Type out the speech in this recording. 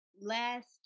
last